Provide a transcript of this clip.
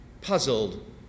puzzled